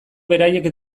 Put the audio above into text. beraiek